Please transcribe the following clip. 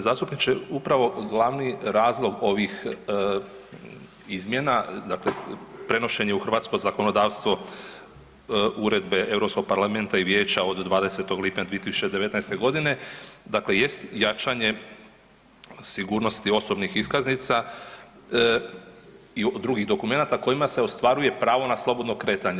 g. Zastupniče, upravo glavni razlog ovih izmjena, dakle prenošenje u hrvatsko zakonodavstvo Uredbe Europskog parlamenta i vijeća od 20. lipnja 2019.g., dakle jest jačanje sigurnosti osobnih iskaznica i drugih dokumenata kojima se ostvaruje pravo na slobodno kretanje.